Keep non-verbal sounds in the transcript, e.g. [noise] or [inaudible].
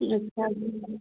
[unintelligible]